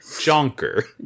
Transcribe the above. Jonker